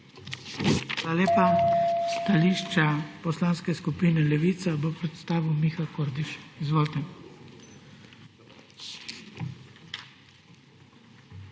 Hvala lepa. Stališče Poslanske skupine Levica bo predstavil Miha Kordiš. Izvolite.